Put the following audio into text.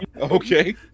Okay